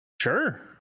Sure